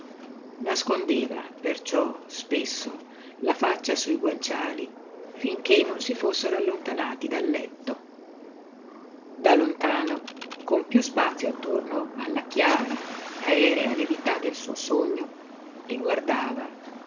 nascondeva perciò spesso la faccia sui guanciali finché non si fossero allontanati dal letto da lontano con piú spazio attorno alla chiara aerea levità del suo sogno li guardava